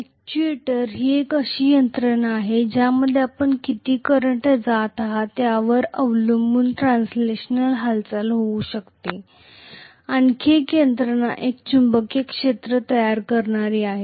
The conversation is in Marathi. अॅक्ट्युएटर ही एक अशी यंत्रणा आहे ज्यामध्ये आपण किती करंट जात आहात यावर अवलंबून ट्रान्सलेशनल हालचाल होऊ शकते आणखी एक यंत्रणा एक चुंबकीय क्षेत्र तयार करणारी आहे